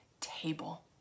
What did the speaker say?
table